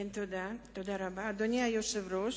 אדוני היושב-ראש,